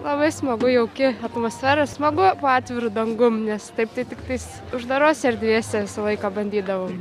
labai smagu jauki atmosfera smagu po atviru dangum nes taip tai tiktais uždarose erdvėse visą laiką bandydavom